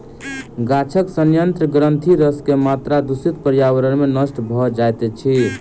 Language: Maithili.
गाछक सयंत्र ग्रंथिरस के मात्रा दूषित पर्यावरण में नष्ट भ जाइत अछि